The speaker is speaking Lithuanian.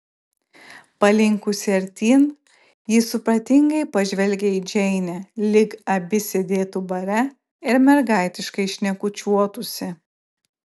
palinkusi artyn ji supratingai pažvelgė į džeinę lyg abi sėdėtų bare ir mergaitiškai šnekučiuotųsi